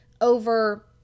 over